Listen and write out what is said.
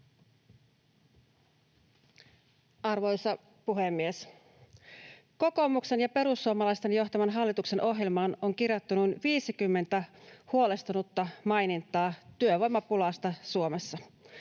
Arvoisa puhemies! Kokoomuksen ja perussuomalaisten johtaman hallituksen ohjelmaan on kirjattu noin 50 huolestunutta mainintaa työvoimapulasta Suomessa.